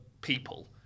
people